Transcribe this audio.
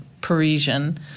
Parisian